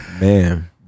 Man